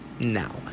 now